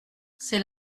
c’est